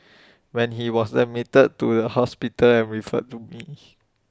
when he was admitted to the hospital and referred to me